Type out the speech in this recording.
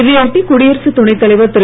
இதை ஒட்டி குடியரசுத் துணைத் தலைவர் திரு